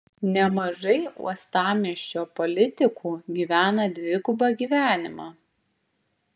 nemažai uostamiesčio politikų gyvena dvigubą gyvenimą